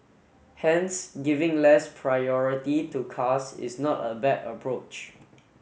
hence giving less priority to cars is not a bad approach